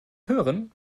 hören